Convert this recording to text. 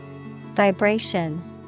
Vibration